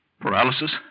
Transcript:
paralysis